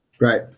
Right